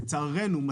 לצערנו,